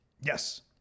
Yes